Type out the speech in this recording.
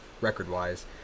record-wise